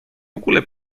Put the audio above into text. ogóle